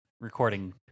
recording